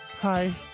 Hi